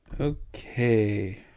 Okay